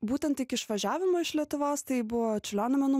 būtent iki išvažiavimo iš lietuvos tai buvo čiurlionio menų